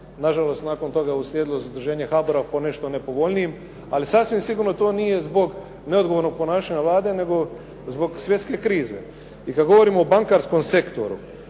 nažalost nakon toga je uslijedilo zaduženje HBOR-a po nešto nepovoljnijim, ali sasvim sigurno to nije zbog neodgovornog ponašanja Vlade, nego zbog svjetske krize. I kad govorimo o bankarskom sektoru,